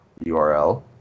url